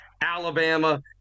Alabama